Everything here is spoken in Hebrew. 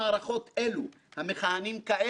בהוצאה לפועל של תהליכים חשובים אלו.